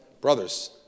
brothers